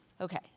Okay